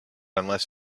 unless